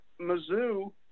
Mizzou